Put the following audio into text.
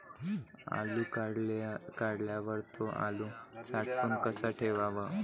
आलू काढल्यावर थो आलू साठवून कसा ठेवाव?